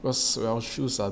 because well shoes are